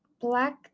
black